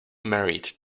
married